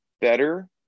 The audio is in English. better